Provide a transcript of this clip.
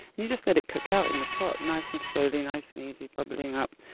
and you just let it cook out in the pot and nice and slowly, nice and easy, bubbling up,